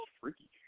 freaky